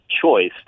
choice